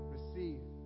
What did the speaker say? Receive